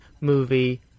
movie